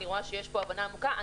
אני רואה שיש פה הבנה עמוקה.